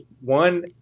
one